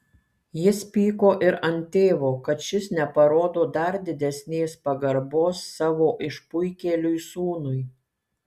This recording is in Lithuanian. jis pyko ir ant tėvo kad šis neparodo dar didesnės pagarbos savo išpuikėliui sūnui